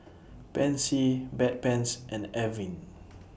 Pansy Bedpans and Avene